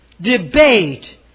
debate